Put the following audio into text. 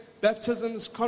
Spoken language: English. baptisms